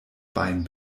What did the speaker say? bein